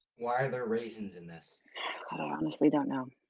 why are there raisins in this? i honestly don't know.